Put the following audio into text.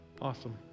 Awesome